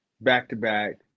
back-to-back